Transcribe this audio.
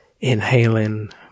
Inhaling